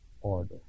order